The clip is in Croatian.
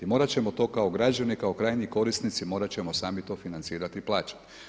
Morat ćemo to kao građani kao krajnji korisnici morat ćemo sami to financirati i plaćati.